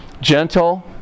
gentle